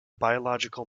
biological